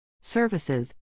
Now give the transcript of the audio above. Services